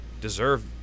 deserve